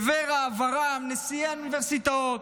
לוור"ה, ור"מ, נשיאי האוניברסיטאות,